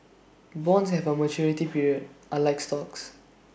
bonds have A maturity period unlike stocks